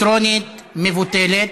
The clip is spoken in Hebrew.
האלקטרונית מבוטלת.